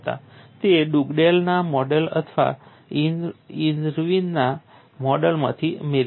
તે ડુગડેલના મોડેલ અથવા ઇર્વિનના મોડેલમાંથી મેળવી શકાય છે